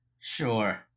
Sure